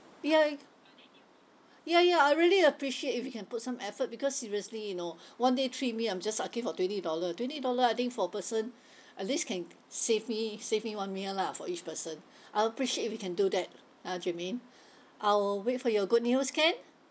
ya ya ya I really appreciate if you can put some effort because seriously you know one day three meal I'm just asking for twenty dollar twenty dollar I think for a person at least can save me save me one meal lah for each person I'll appreciate if you can do that ah jermaine I will wait for your good news can